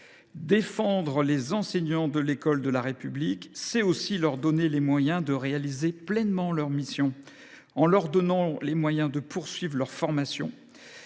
Défendre les enseignants de l’école de la République, c’est aussi leur donner les moyens de réaliser pleinement leurs missions, en leur permettant de poursuivre leur formation,